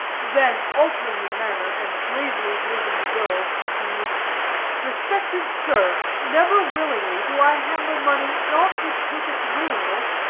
then, altering in manner, and gravely holding the bills, continued respected sir, never willingly do i handle money not with perfect willingness,